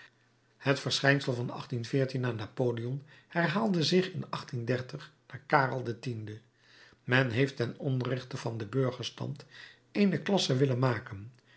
het verschijnsel van napoleon herhaalde zich in naar karel x men heeft ten onrechte van den burgerstand eene klasse willen maken